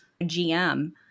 GM